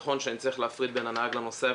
נכון שאני צריך להפריד בין הנהג לנוסע,